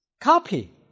Copy